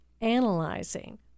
analyzing